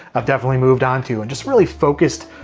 i've definitely moved on to and just really focused,